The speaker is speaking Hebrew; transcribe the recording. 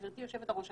גברתי יושבת הראש,